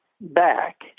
back